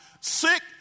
sick